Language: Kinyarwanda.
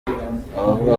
avuga